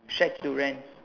shack to rent